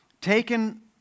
taken